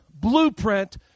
Blueprint